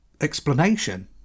explanation